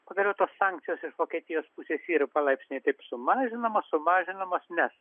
pagaliau tos sankcijos iš vokietijos pusės yra palaipsniui taip sumažinamos sumažinamos nes